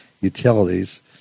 utilities